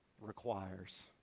requires